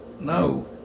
No